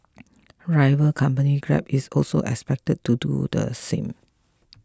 rival company Grab is also expected to do the same